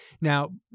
Now